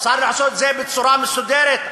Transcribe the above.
אפשר לעשות את זה בצורה מסודרת,